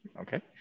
okay